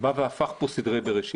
והוא בא והפך פה כל סדרי בראשית.